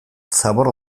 zabor